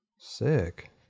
Sick